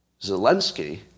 Zelensky